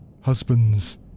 Husbands